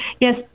Yes